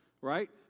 right